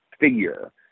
figure